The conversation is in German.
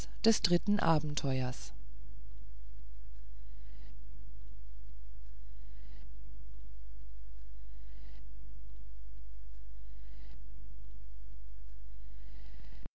des vierten abenteuers